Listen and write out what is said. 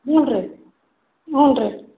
ಹ್ಞೂ ರೀ ಹ್ಞೂ ರೀ